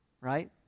Right